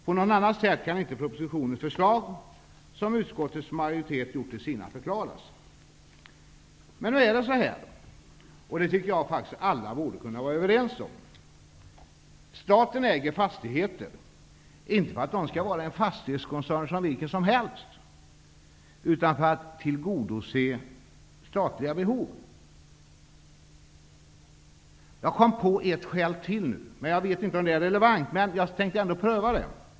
På något annan sätt kan inte propositionens förslag, som utskottsmajoriteten gjort till sina, förklaras. Nu är det emellertid så här, och det tycker jag faktiskt att alla borde kunna vara överens om. Staten äger inte fastigheter för att dessa skall utgöra en fastighetskoncern vilken som helst, utan för att tillgodose statliga behov. Jag kom nu på ytterligare ett skäl. Jag vet inte om det är relevant, men jag tänker ändå pröva det.